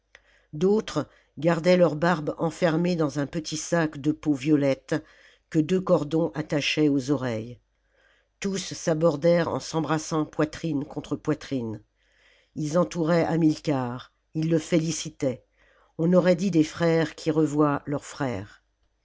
d'autres gardaient leur barbe enfermée dans un petit sac de peau violette que deux cordons attachaient aux oreilles tous s'abordèrent en s'embrassant poitrine contre poitrine lis entouraient hamilcar ils le félicitaient on aurait dit des frères qui revoient leur frère